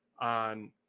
on